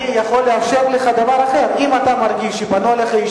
אני יכול לאפשר לך דבר אחר: אם אתה מרגיש שפנו אליך,